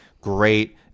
great